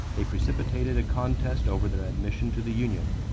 they precipitated a contest over their admission to the union,